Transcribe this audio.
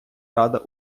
рада